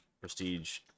Prestige